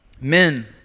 men